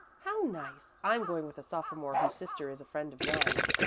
how nice! i'm going with a sophomore whose sister is a friend of nan's.